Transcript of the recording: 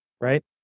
right